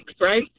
right